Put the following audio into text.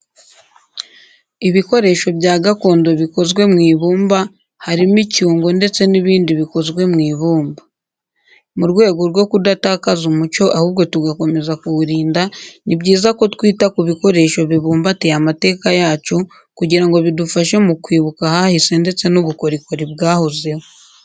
Ibikoresho bya gakondo bikozwe mu ibumba harimo icyungo ndetse n'ibindi bikozwe mu ibumba. Mu rwego rwo kudatakaza umuco ahubwo tugakomeza kuwurinda, ni byiza ko twita ku bikoresho bibumbatiye amateka yacu kugira ngo bidufashe mu kwibuka ahahise ndetse n'ubukorikori bwahozeho.